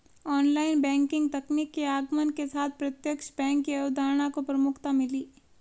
online banking तकनीक के आगमन के साथ प्रत्यक्ष बैंक की अवधारणा को प्रमुखता मिली